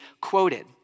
quoted